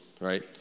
right